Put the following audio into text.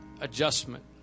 adjustment